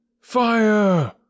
Fire